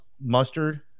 Mustard